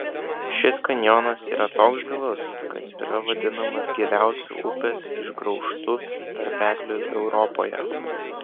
šis kanjonas yra toks gilus kad yra vadinamas giliausiu upės išgraužtu tarpekliu europoje